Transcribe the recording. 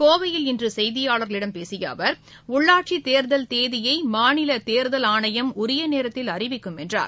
கோவையில் இன்று செய்தியாளர்களிடம் பேசிய அவர் உள்ளாட்சித் தேர்தல் தேதியை மாநில தேர்தல் ஆணையம் உரிய நேரத்தில் அறிவிக்கும் என்றார்